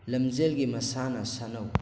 ꯂꯝꯖꯦꯜꯒꯤ ꯃꯁꯥꯟꯅ ꯁꯥꯟꯅꯧ